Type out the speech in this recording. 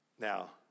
Now